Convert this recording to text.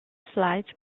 flights